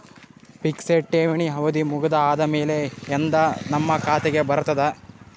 Fixed ಠೇವಣಿ ಅವಧಿ ಮುಗದ ಆದಮೇಲೆ ಎಂದ ನಮ್ಮ ಖಾತೆಗೆ ಬರತದ?